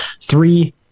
three